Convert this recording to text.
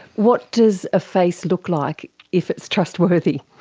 what does a face look like if it's trustworthy?